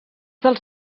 dels